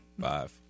Five